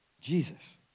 Jesus